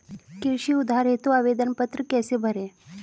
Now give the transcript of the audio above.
कृषि उधार हेतु आवेदन पत्र कैसे भरें?